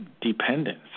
dependence